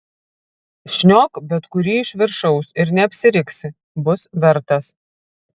šniok bet kurį iš viršaus ir neapsiriksi bus vertas